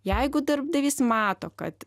jeigu darbdavys mato kad